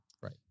Right